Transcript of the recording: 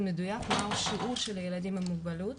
מדויק מהו השיעור של ילדים עם מוגבלות.